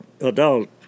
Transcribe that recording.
adult